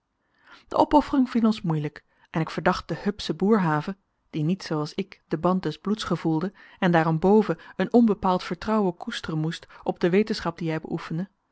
de opoffering viel ons moeielijk en ik verdacht den hupschen boerhave die niet zooals ik den band des bloeds gevoelde en daarenboven een onbepaald vertrouwen koesteren moest op de wetenschap die hij beoefende